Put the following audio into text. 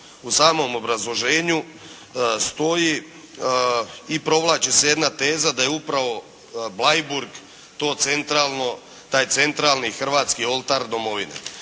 u samom obrazloženju stoji i provlači se jedna teza da je upravo Bleiburg to centralno, taj centralni hrvatski "Oltar domovine".